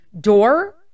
door